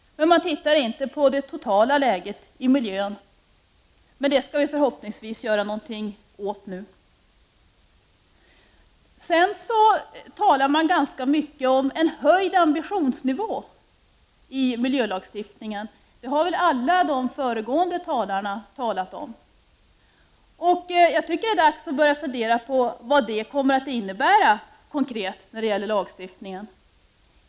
Men man ser inte på det totala läget i miljön. Det skall vi förhoppningsvis göra något åt nu. Det talas ganska mycket om en höjd ambitionsnivå i miljölagstiftningen. Det har alla de föregående talarna nämnt. Jag tycker att det är dags att börja fundera på vad detta kommer att innebära konkret för lagstiftningen.